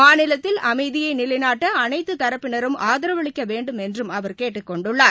மாநிலத்தில் அமைதியைநிலைநாட்டஅனைத்துதரப்பினரும் ஆதரவளிக்கவேண்டும் என்றும் அவர் கேட்டுக்கொண்டுள்ளார்